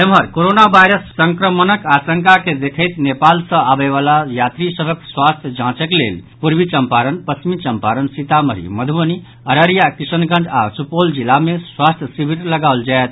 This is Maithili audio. एम्हर कोरोना वायरस सँ संक्रमणक आशंका के देखैत नेपाल सँ आबय वला यात्री सभक स्वास्थ्य जांचक लेल पूर्वी चम्पारण पश्चिमी चम्पारण सीतामढ़ी मधुबनी अररिया किशनगंज आओर सुपौल जिला मे स्वास्थ्य शिविर लगाओल जायत